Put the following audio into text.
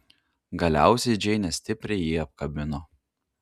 galiausiai džeinė stipriai jį apkabino